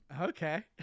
Okay